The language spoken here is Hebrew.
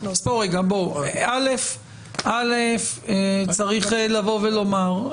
קודם כל צריך לומר,